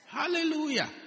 Hallelujah